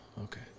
okay